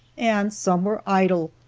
and some were idle,